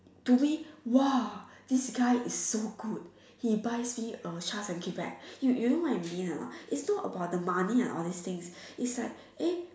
to me !wah! this guy is so good he buys me a Charles-and-Keith bag you you know what I mean or not it's not about the money and all these things it's like eh